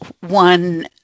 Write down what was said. one